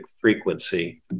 frequency